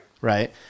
Right